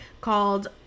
called